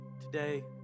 Today